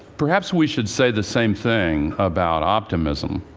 perhaps we should say the same thing about optimism.